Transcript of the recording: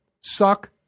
Suck